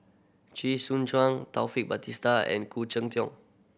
Chee Soon Juan Taufik Batisah and Khoo Cheng Tiong